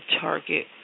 target